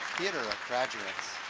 theater of graduates.